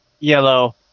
Yellow